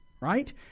right